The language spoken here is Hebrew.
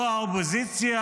לא האופוזיציה